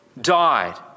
died